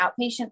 outpatient